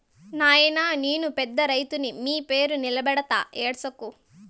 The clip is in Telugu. నాయినా నేను పెద్ద రైతుని మీ పేరు నిలబెడతా ఏడ్సకు